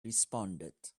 responded